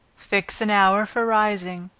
fix an hour for rising,